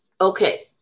Okay